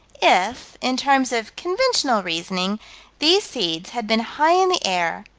if in terms of conventional reasoning these seeds had been high in the air,